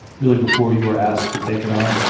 really before you were asked to take it on?